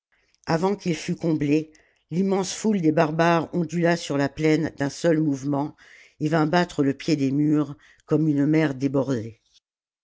avant qu'il fût comblé l'immense foule des barbares ondula sur la plaine d'un seul mouvement et vint battre le pied des murs comme une mer débordée